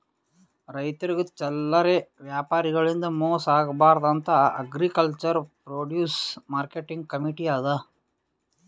ರೈತರಿಗ್ ಚಲ್ಲರೆ ವ್ಯಾಪಾರಿಗಳಿಂದ್ ಮೋಸ ಆಗ್ಬಾರ್ದ್ ಅಂತಾ ಅಗ್ರಿಕಲ್ಚರ್ ಪ್ರೊಡ್ಯೂಸ್ ಮಾರ್ಕೆಟಿಂಗ್ ಕಮೀಟಿ ಅದಾ